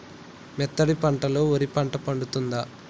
మెత్తటి మట్టిలో వరి పంట పండుద్దా?